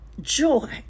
joy